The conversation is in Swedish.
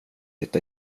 hitta